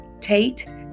Tate